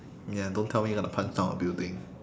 ya don't tell me that you'll punch down a building